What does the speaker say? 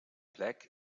black